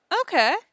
Okay